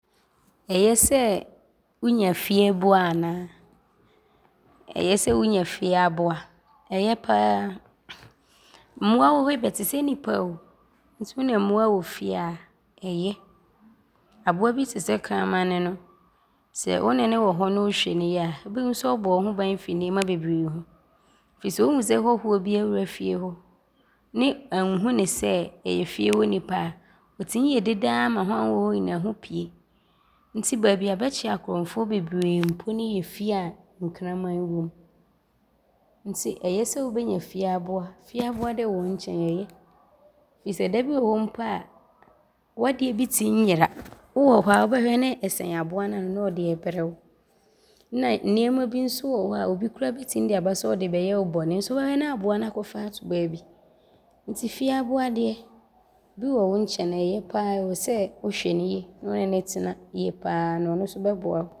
Ɔyɛ sɛ wonya fie aboa anaa? Ɔyɛ sɛ wonya fie aboa. Ɔyɛ pa ara. Mmoa wɔ hɔ yi bɛte sɛ nnipa oo. Wo ne mmoa wɔ fie a, ɔyɛ. Aboa bi te sɛ kramane no, sɛ wo ne ne wɔ hɔ ne wohwɛ ne yie a, wobɛhu sɛ ɔbɔ wo ho ban firi nnoɔma bebree ho firi sɛ ɔhu sɛ hɔhoɔ bi awura fie hɔ ne anhu ne sɛ, ɔyɔ fie hɔ nnipa a, ɔtim yɛ dede ara ma hɔ ara ho wɔ hɔ nyinaa ho pie nti baabi a bɛkye akorɔmfoɔ bebree yɛ fie a nkramane wom nti ɔyɛ sɛ wobɛnya fie aboa. Fie aboa deɛ wɔ wo nkyɛne a, ɔyɛ firi sɛ da bi wɔ hɔ a w’adeɛ bi tim yera. Wowɔ hɔ ara wobɛhwɛ ne ɔsɛne aboa no ano ne ɔde ɔɔbrɛ wo. Na nnoɔma bi so wɔ hɔ a obi koraa bɛtim de aba sɛ ɔde ɔɔbɛyɛ wo bɔne so wobɛhwɛ ne aboa no akɔfa ato baabi nti fie aboa deɛ, bi wɔ wo nkyɛne a, ɔyɛ pa ara ɔwɔ sɛ wohwɛ ne yie ne wo ne ne tena yie pa ara ne ɔno so bɛboa wo.